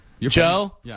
Joe